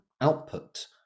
output